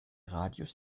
radius